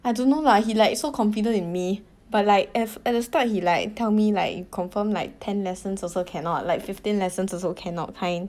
I don't know lah he like so confident in me but like at f~ at the start he like tell me like you confirm like ten lessons also cannot like fifteen lessons also cannot kind